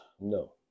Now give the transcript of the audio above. No